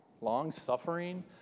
long-suffering